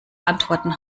antworten